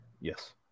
Yes